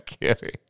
kidding